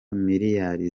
miliyari